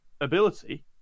ability